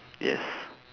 yes